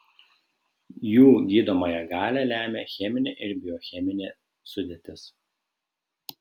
jų gydomąją galią lemia cheminė ir biocheminė sudėtis